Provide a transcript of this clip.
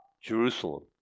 Jerusalem